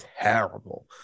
terrible